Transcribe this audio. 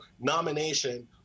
nomination